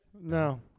No